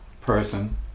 person